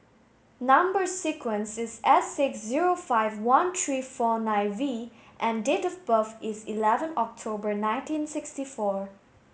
number sequence is S six zero five one three four nine V and date of birth is eleven October nineteen sixty four